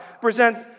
presents